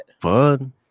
fun